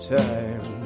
time